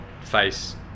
face